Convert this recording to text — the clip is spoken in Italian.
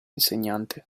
insegnante